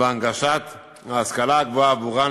והנגשת ההשכלה הגבוהה עבורן.